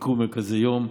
ביקור מרכזי יום,